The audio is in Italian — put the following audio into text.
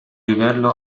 livello